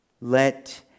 Let